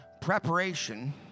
preparation